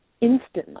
instantly